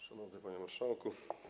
Szanowny Panie Marszałku!